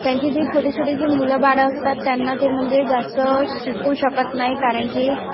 त्यांचे जे छोटे छोटे जे मुलंबाळं असतात त्यांना ते म्हणजे जास्त शिकवू शकत नाही कारण की